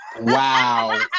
Wow